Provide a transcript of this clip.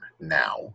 now